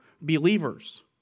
believers